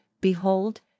behold